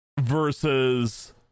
versus